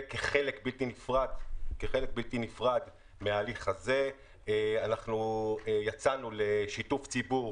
וכחלק בלתי נפרד מההליך הזה יצאנו לשיתוף ציבור